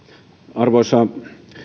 arvoisa